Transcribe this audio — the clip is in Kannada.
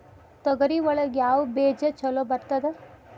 ತೊಗರಿ ಒಳಗ ಯಾವ ಬೇಜ ಛಲೋ ಬರ್ತದ?